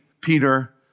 Peter